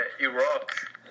Iraq